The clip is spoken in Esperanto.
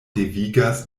devigas